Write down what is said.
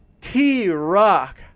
T-ROCK